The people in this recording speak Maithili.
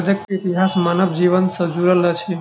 कागजक इतिहास मानव जीवन सॅ जुड़ल अछि